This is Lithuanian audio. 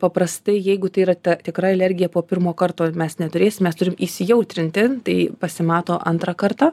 paprastai jeigu tai yra ta tikra alergija po pirmo karto mes neturėsim mes įsijautrinti tai pasimato antrą kartą